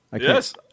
Yes